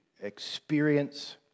experience